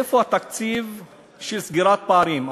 איפה התקציב של סגירת פערים?